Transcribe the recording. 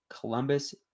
Columbus